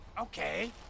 Okay